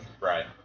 Right